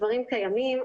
הדברים קיימים,